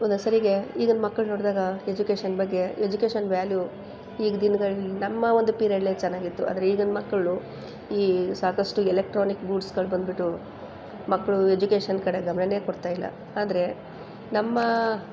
ಒಂದೊಂದು ಸರಿಗೇ ಈಗಿನ ಮಕ್ಳನ್ನ ನೋಡಿದಾಗ ಎಜುಕೇಷನ್ ಬಗ್ಗೆ ಎಜುಕೇಷನ್ ವ್ಯಾಲ್ಯೂ ಈಗ ದಿನ್ಗಳು ನಮ್ಮ ಒಂದು ಪೀರ್ಯಡ್ಲೇ ಚೆನ್ನಾಗಿತ್ತು ಆದರೆ ಈಗಿನ ಮಕ್ಕಳು ಈ ಸಾಕಷ್ಟು ಎಲೆಕ್ಟ್ರಾನಿಕ್ ಗೂಡ್ಸ್ಗಳು ಬಂದ್ಬಿಟ್ಟು ಮಕ್ಕಳು ಎಜುಕೇಷನ್ ಕಡೆ ಗಮನನೇ ಕೊಡ್ತಾಯಿಲ್ಲ ಆದರೆ ನಮ್ಮ